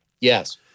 Yes